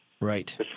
Right